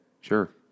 sure